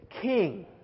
king